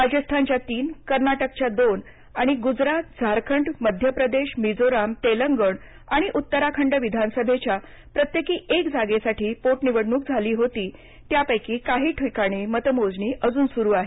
राजस्थानच्या तीन कर्नाटकच्या दोन आणि गुजरात झारखंड मध्यप्रदेश मिजोरम तेलंगण आणि उत्तराखंड विधानसभेच्या प्रत्येकी एका जागेसाठी पोट निवडणूक झाली होती त्यापैकी काही ठिकाणची मत मोजणी अजून सुरु आहे